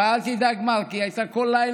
אבל אל תדאג, מרק, היא הייתה באה כל לילה,